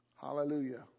Hallelujah